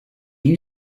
you